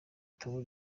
gitabo